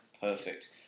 Perfect